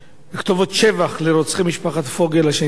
שבח לרוצחי משפחת פוגל הי"ד.